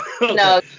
No